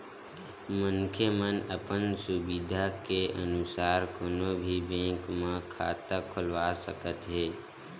मनखे मन अपन सुबिधा के अनुसार कोनो भी बेंक म खाता खोलवा सकत हे